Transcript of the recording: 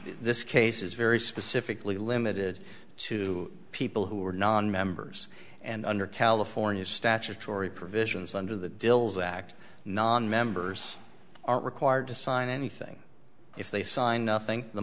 this case is very specifically limited to people who are non members and under california's statutory provisions under the dills act nonmembers aren't required to sign anything if they sign nothing the